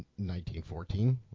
1914